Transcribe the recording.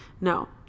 No